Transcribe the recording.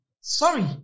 sorry